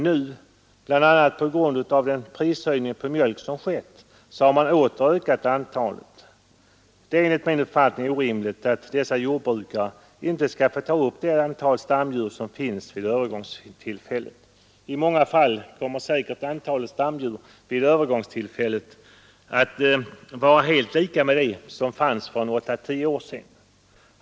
Nu, bl.a. på grund av den prishöjning på mjölk som skett, har man åter ökat antalet. Det är enligt min uppfattning orimligt att dessa jordbrukare inte skall få ta upp det antal stamdjur som finns vid övergångstillfället. I många fall kommer säkert antalet stamdjur vid övergångstillfället att vara helt lika med det som fanns för åtta tio år sedan.